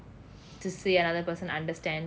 to see another person understand